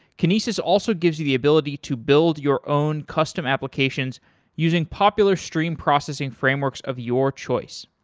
kinesis also gives you the ability to build your own custom applications using popular stream processing frameworks of your choice.